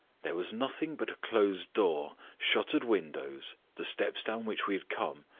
there was nothing but a closed door, shuttered windows, the steps down which we had come,